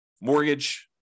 mortgage